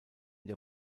der